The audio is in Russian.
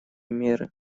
меры